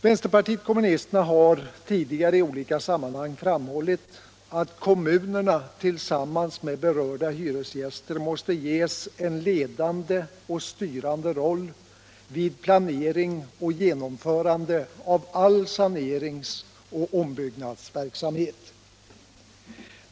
Vänsterpartiet kommunisterna har tidigare i olika sammanhang framhållit att kommunerna tillsammans med berörda hyresgäster måste ges en ledande och styrande roll vid planering och genomförande av all saneringsoch ombyggnadsverksamhet.